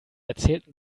erzählten